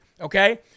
Okay